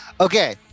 Okay